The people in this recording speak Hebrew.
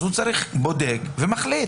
הוא בודק ומחליט.